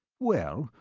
well,